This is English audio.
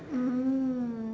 mm